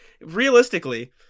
realistically